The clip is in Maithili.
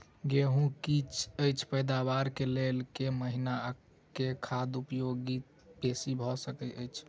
गेंहूँ की अछि पैदावार केँ लेल केँ महीना आ केँ खाद उपयोगी बेसी भऽ सकैत अछि?